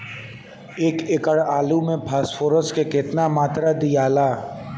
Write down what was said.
एक एकड़ आलू मे फास्फोरस के केतना मात्रा दियाला?